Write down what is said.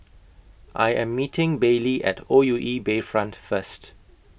I Am meeting Baylie At O U E Bayfront First